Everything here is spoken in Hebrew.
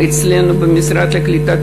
אצלנו, במשרד לקליטת